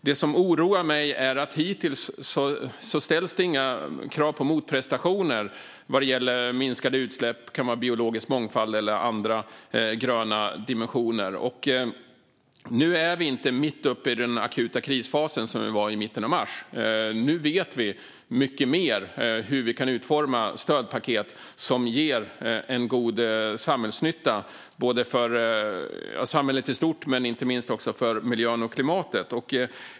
Det som oroar mig är att det hittills inte ställts några krav på motprestationer vad gäller minskade utsläpp. Det skulle kunna vara biologisk mångfald eller andra gröna dimensioner. Nu är vi inte mitt uppe i den akuta krisfasen, som vi var i mitten av mars. Nu vet vi mycket mer om hur vi kan utforma stödpaket som ger god samhällsnytta, för samhället i stort men inte minst för miljön och klimatet.